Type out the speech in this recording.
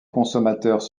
consommateurs